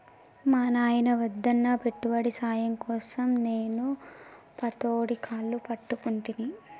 మా నాయిన వద్దన్నా పెట్టుబడి సాయం కోసం నేను పతోడి కాళ్లు పట్టుకుంటిని